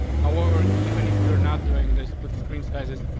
how are even if you're not doing this with screen sizes,